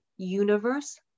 universe